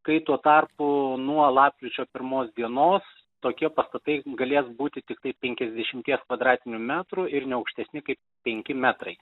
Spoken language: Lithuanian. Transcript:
kai tuo tarpu nuo lapkričio pirmos dienos tokie pastatai galės būti tiktai penkiasdešimties kvadratinių metrų ir ne aukštesni kaip penki metrai